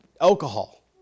alcohol